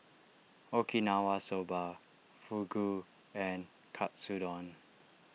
Okinawa Soba Fugu and Katsudon